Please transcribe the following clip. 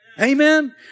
Amen